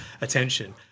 attention